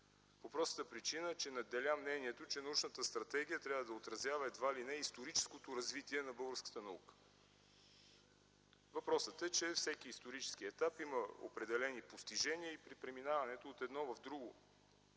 по простата причина, че надделя мнението, че научната стратегия трябва да отразява едва ли не историческото развитие на българската наука. Въпросът е, че всеки исторически етап има определени постижения и при преминаването от едно в друго